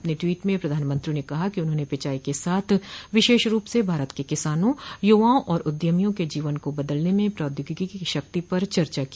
अपने टवीट में प्रधानमंत्री ने कहा कि उन्होंने पिचाई के साथ विशेष रूप से भारत के किसानों युवाओं और उद्यमियों के जीवन को बदलने में प्रौद्योगिकी की शक्ति पर चर्चा की